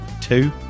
two